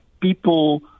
people